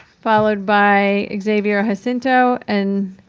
followed by xavier ah jacinto and